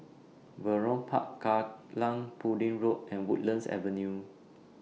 Vernon Park Kallang Pudding Road and Woodlands Avenue